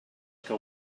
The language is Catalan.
que